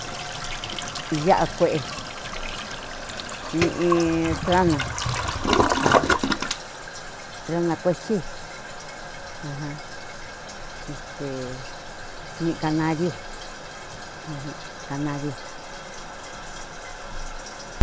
Ya'a kue ñii trana ajan trana kuetyi ajan este ñii kanariu ujun kanariu.